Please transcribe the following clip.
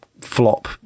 flop